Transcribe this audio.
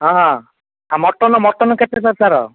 ହଁ ହଁ ଆ ମଟନ୍ ମଟନ୍ କେତେ ଦରକାର